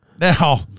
Now